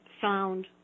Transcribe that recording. found